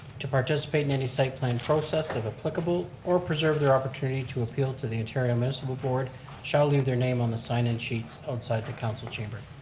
to participate in any site plan process applicable or preserve their opportunity to appeal to the interior municipal board shall leave their names on the sign in sheets outside the council chamber.